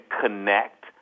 connect